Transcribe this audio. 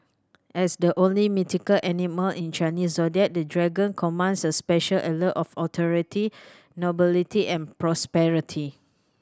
as the only mythical animal in Chinese Zodiac the Dragon commands a special allure of authority nobility and prosperity